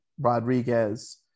Rodriguez